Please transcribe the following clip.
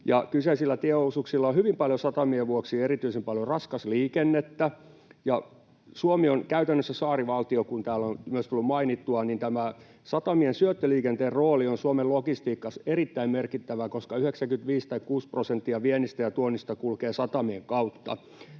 Kyseisillä tieosuuksilla on satamien vuoksi erityisen paljon raskasta liikennettä. Suomi on käytännössä saarivaltio, kuten täällä on myös tullut mainittua, joten tämä satamien syöttöliikenteen rooli on Suomen logistiikassa erittäin merkittävää, koska 95—96 prosenttia viennistä ja tuonnista kulkee satamien kautta.